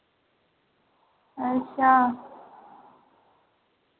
अच्छा